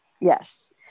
Yes